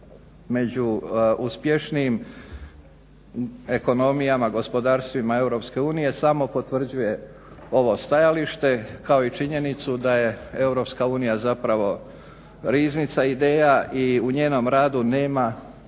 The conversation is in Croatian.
među uspješnijim ekonomijama, gospodarstvima EU samo potvrđuje ovo stajalište kao i činjenicu da je EU zapravo riznica ideja i u njenom radu nema